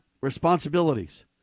responsibilities